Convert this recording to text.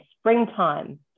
springtime